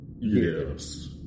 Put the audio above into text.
Yes